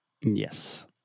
Yes